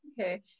Okay